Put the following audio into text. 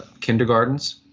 kindergartens